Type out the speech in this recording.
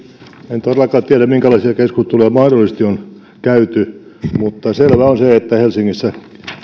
en todellakaan tiedä minkälaisia keskusteluja mahdollisesti on käyty mutta selvää on se että helsingissä